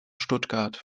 stuttgart